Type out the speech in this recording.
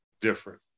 different